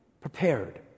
prepared